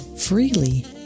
freely